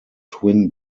twin